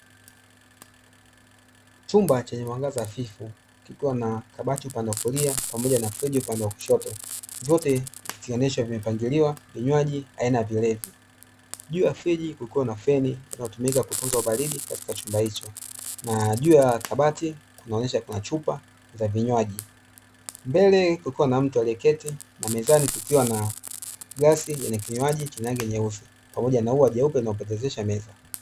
Chumba chenye mwangaza hafifu, kikiwa na kabati upande wa kulia pamoja na friji upande wa kushoto, vyote vikionyesha vimepangiliwa vinywaji aina ya vilevi. Juu ya friji kukiwa na feni inayotumika kutunza ubaridi katika chumba hicho, na juu ya kabati kunaonyesha kuna chupa za vinywaji. Mbele kukiwa na mtu aliyeketi na mezani kukiwa na glasi yenye kinywaji chenye rangi nyeusi, pamoja na ua jeupe linalopendezesha meza.